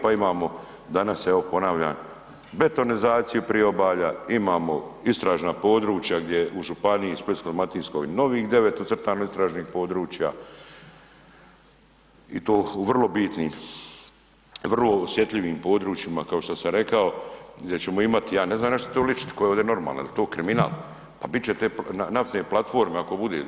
Pa evo imamo danas evo ponavljam, betonizaciju Priobalja, imamo istražna područja gdje u županiji Splitsko-dalmatinskoj novih devet ucrtanih istražnih područja i to u vrlo bitnim, vrlo osjetljivim područjima kao što sam rekao i gdje ćemo imati, ja ne znam na što to ličit, tko je ovdje normalan, jel to kriminal, pa bit će te naftne platforme ako bude.